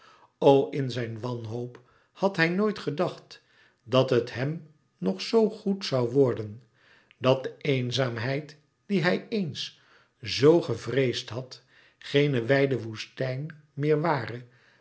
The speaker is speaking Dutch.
in zijn wanhoop had hij nooit gedacht dat het hem nog zoo goed zoû worden dat de eenzaamheid die hij eens zoo gevreesd had geen wijde woestijn meer ware